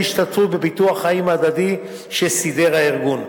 השתתפות בביטוח חיים הדדי שסידר הארגון.